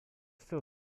still